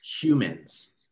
humans